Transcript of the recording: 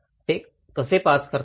ते ते कसे पास करतात